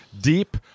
deep